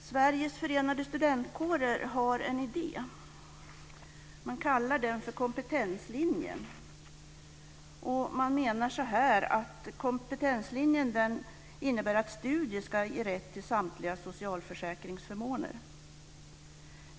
Sveriges Förenade Studentkårer har en idé. Man kallar den för kompetenslinjen. Kompetenslinjen innebär att studier ska ge rätt till samtliga socialförsäkringsförmåner.